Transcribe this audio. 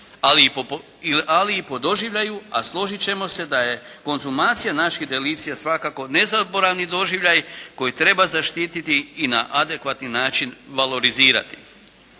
ali i po doživljaju, a složit ćemo se da je konzumacija naših delicija svakako nezaboravni doživljaj koji treba zaštiti i na adekvatni način valorizirati.